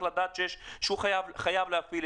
שזו איזו שהיא קופסה בכלי הטיס שבאופן